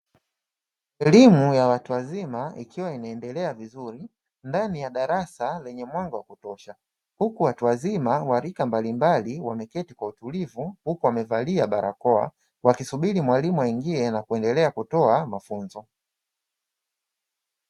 Elimu ya watu wazima ikiwa inaendelea vizuri ndani ya darasa lenye mwanga wa kutosha huku watu wazima wa rika mbalimbali, wameketi kwa utulivu huku wamevalia barakoa wakisubiri mwalimu aingie na kuendelea kutoa mafunzo.